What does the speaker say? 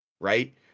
right